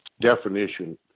definition